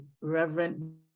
Reverend